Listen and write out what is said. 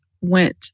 went